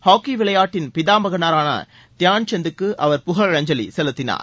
hockey விளையாட்டின் பிதாமகரான தியான்சந்த் க்கு அவர் புகழஞ்சலி செலுத்தினார்